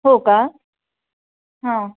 हो का हां